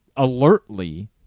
Alertly